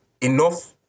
enough